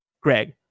greg